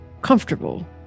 comfortable